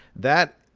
that,